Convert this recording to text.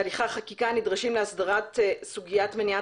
בהליכי החקיקה נדרשים להסדרת סוגיית מניעת